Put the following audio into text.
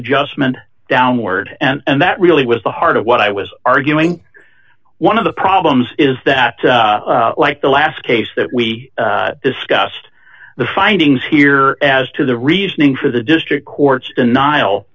it just meant downward and that really was the heart of what i was arguing one of the problems is that like the last case that we discussed the findings here as to the reasoning for the district court denial